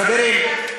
חברים,